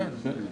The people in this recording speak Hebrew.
כן.